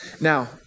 Now